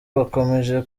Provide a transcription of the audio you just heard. bakomeje